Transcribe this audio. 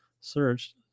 searched